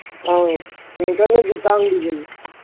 ꯑꯧ ꯌꯥꯝ ꯀꯟꯅꯁꯨ ꯇꯥꯡꯗꯕꯅꯤ